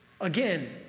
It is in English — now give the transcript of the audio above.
Again